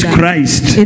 Christ